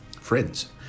friends